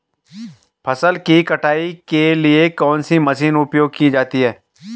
फसल की कटाई के लिए कौन सी मशीन उपयोग की जाती है?